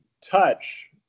touch